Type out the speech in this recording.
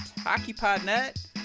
HockeyPodNet